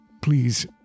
please